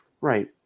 Right